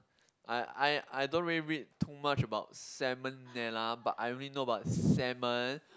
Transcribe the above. I I I don't really read too much about Salmonella but I only know about salmon